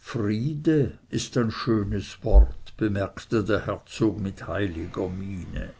friede ist ein schönes wort bemerkte der herzog mit heiliger miene